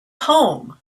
home